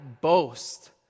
boast